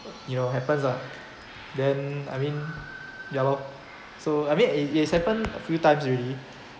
you know happens lah then I mean ya lor so I mean it it has happened a few times already